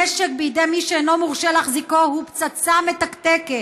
נשק בידי מי שאינו מורשה להחזיקו הוא פצצה מתקתקת,